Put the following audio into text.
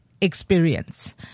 experience